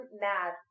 mad